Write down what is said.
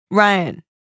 Ryan